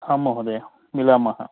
आम् महोदय मिलामः